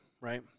right